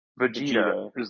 Vegeta